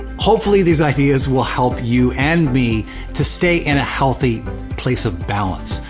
hopefully these ideas will help you and me to stay in a healthy place of balance,